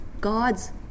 God's